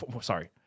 Sorry